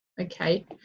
Okay